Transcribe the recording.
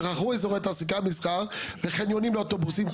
שכחו אזורי תעסוקה ומסחר וחניונים לאוטובוסים,